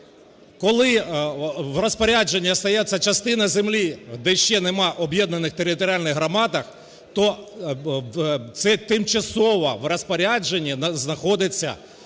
Коли в розпорядження остається частина землі, де ще нема об'єднаних територіальних громад, то це тимчасово в розпорядженні знаходиться